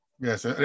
Yes